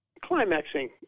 climaxing